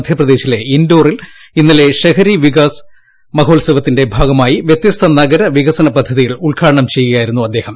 മധ്യപ്രദേശിലെ ഇൻഡോറിൽ ഇന്നലെ ഷെഹരി വികാസ് മഹോത്സവത്തിന്റെ ഭാഗമായി വൃത്യസ്ത നഗര വികസന പദ്ധത്രികൾ ഉദ്ഘാടനം ചെയ്യുകയായിരുന്നു അദ്ദേഹം